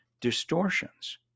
distortions